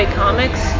comics